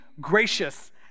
gracious